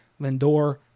Lindor